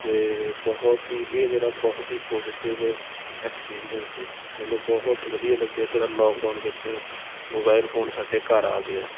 ਅਤੇ ਬਹੁਤ ਹੀ ਇਹ ਮੇਰਾ ਬਹੁਤ ਹੀ ਪੋਜ਼ੀਟਿਵ ਐਕਸਪੀਰੀਅੰਸ ਸੀ ਮੈਨੂੰ ਬਹੁਤ ਵਧੀਆ ਲੱਗਿਆ ਜਿਹੜਾ ਲੋਕਡਾਊਨ ਵਿੱਚ ਮੋਬਾਇਲ ਫੋਨ ਸਾਡੇ ਘਰ ਆ ਗਿਆ